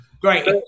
Great